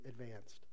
advanced